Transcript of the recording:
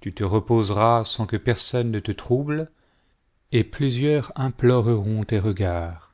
tu te reposeras sans que personne ne te trouble et plusieurs imploreront tes regards